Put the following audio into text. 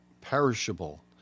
perishable